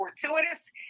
fortuitous